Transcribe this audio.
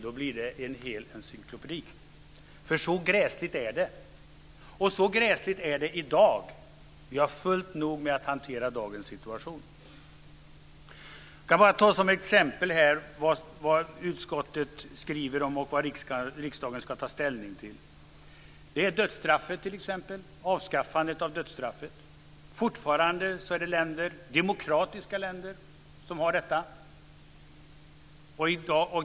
Då blir det en hel encyklopedi, för så gräsligt är det. Så gräsligt är det i dag. Vi har fullt upp med att hantera dagens situation. Jag kan bara ta som exempel vad utskottet skriver om, som riksdagen ska ta ställning till. Det är avskaffandet av dödsstraffet. Fortfarande finns det demokratiska länder som har dödsstraff.